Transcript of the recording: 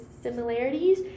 similarities